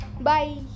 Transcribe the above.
bye